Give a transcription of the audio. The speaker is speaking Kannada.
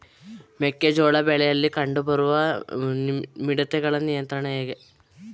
ಮೆಕ್ಕೆ ಜೋಳ ಬೆಳೆಯಲ್ಲಿ ಕಂಡು ಬರುವ ಮಿಡತೆಗಳ ನಿಯಂತ್ರಣ ಹೇಗೆ?